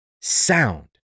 Sound